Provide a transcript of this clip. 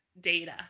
data